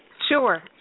Sure